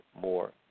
more